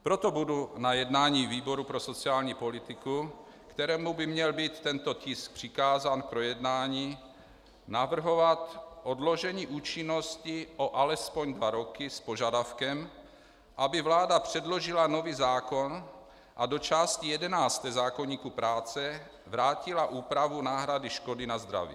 Proto budu na jednání výboru pro sociální politiku, kterému by měl být tento tisk přikázán k projednání, navrhovat odložení účinnosti o alespoň dva roky s požadavkem, aby vláda předložila nový zákon a do části 11 zákoníku práce vrátila úpravu náhrady škody na zdraví.